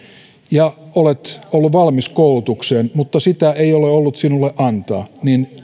ja olet ollut valmis koulutukseen mutta sitä ei ole ollut sinulle antaa